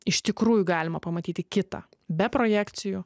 iš tikrųjų galima pamatyti kitą be projekcijų